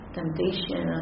temptation